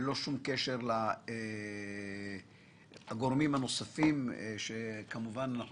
ללא שום קשר לגורמים הנוספים שכמובן אנחנו